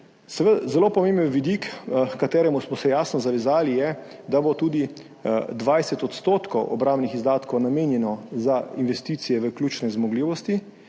Zelo pomemben vidik, kateremu smo se jasno zavezali, je, da bo tudi 20 odstotkov obrambnih izdatkov namenjenih za investicije v ključne zmogljivosti